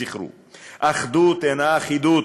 זכרו: אחדות אינה אחידות.